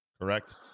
correct